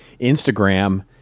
Instagram